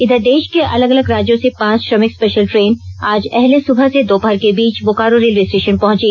इधर देश के अलग अलग राज्यों से पांच श्रमिक स्पेशल ट्रेन आज अहले सुबह से दोपहर के बीच बोकारो रेलवे स्टेशन पहुंची